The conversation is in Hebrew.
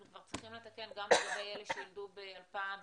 אנחנו צריכים לתקן גם לגבי אלה שילדו ב-2021.